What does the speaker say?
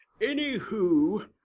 Anywho